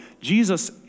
Jesus